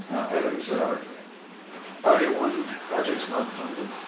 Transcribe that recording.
items that are priority one projects not funded,